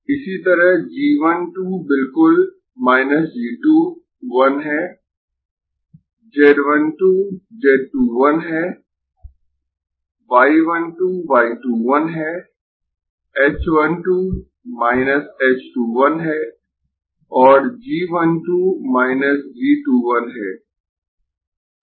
इसी तरह g 1 2 बिल्कुल g 2 1 है z 1 2 z 2 1 है y 1 2 y 2 1 है h 1 2 h 2 1 है और g 1 2 g 2 1 है